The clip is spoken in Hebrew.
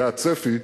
זה הצפי,